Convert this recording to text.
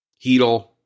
Heedle